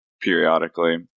periodically